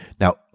Now